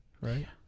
right